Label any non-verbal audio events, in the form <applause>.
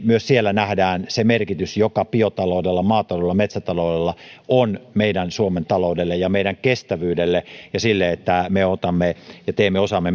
myös siellä nähdään se merkitys joka biotaloudella maataloudella metsätaloudella on meidän suomen taloudelle ja meidän kestävyydelle ja sille että me otamme ja teemme osamme <unintelligible>